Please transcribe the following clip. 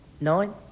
nine